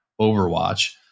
Overwatch